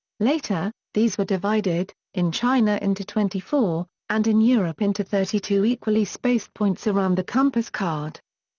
later, these were divided, in china into twenty four, and in europe into thirty two equally spaced points around the compass card.